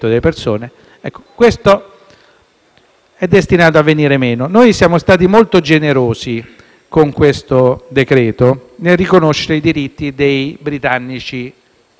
è destinato a venire meno. Noi siamo stati molto generosi, con questo decreto-legge, nel riconoscere i diritti dei britannici in Italia.